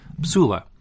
psula